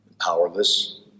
powerless